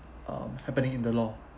um happening in the law